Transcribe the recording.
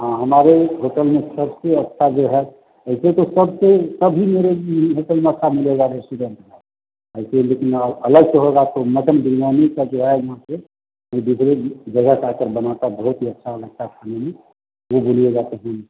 हाँ हमारे होटल में सबसे अच्छा जो है ऐसे तो सबसे सभी मेरे है सब नाश्ता मिलेगा रेस्टोरेंट में ऐसे लेकिन अलग से होगा तो मटन बिरयानी का जो है वहाँ से कोई दूसरे जगह से आकर बनाता बहुत ही अच्छा बनाता खाने में वो बोलिएगा तो हम